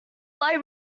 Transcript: light